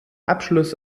abschluss